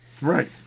Right